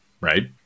right